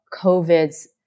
COVID's